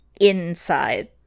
inside